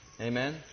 Amen